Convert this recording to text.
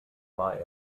war